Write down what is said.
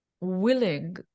willing